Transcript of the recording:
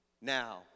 Now